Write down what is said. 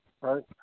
right